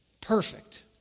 perfect